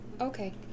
Okay